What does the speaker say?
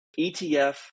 ETF